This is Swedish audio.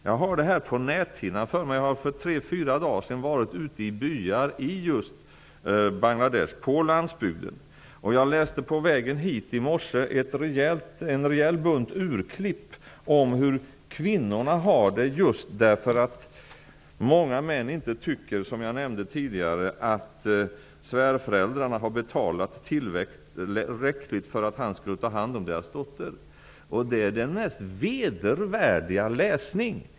Jag har kvar bilder på näthinnan efter att för några dagar sedan ha varit i byar på landsbygden i just Bangladesh. På vägen hit i morse läste jag en rejäl bunt urklipp om hur kvinnorna har det just därför att -- som jag nämnde tidigare -- många män inte tycker att svärföräldrarna har betalat tillräckligt för att männen skall ta hand om deras döttrar. Det är den mest vedervärdiga läsning.